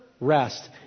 rest